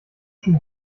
schon